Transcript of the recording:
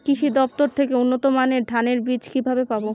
কৃষি দফতর থেকে উন্নত মানের ধানের বীজ কিভাবে পাব?